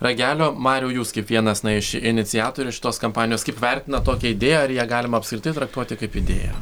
ragelio mariau jūs kaip vienas iš iniciatorių šitos kampanijos kaip vertinat tokią idėją ar ją galima apskritai traktuoti kaip idėją